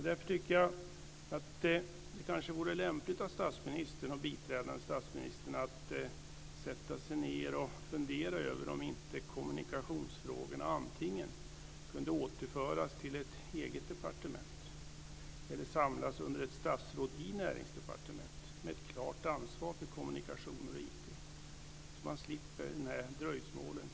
Därför tycker jag att det kanske vore lämpligt att statsministern och biträdande statsministern satte sig ned och funderade över om inte kommunikationsfrågorna antingen kunde återföras till ett eget departement eller samlas under ett statsråd i Näringsdepartementet med ett klart ansvar för kommunikationer och IT. Då skulle man slippa de här dröjsmålen.